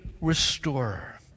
restorer